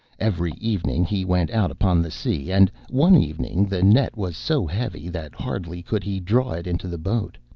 every evening he went out upon the sea, and one evening the net was so heavy that hardly could he draw it into the boat.